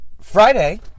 Friday